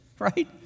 right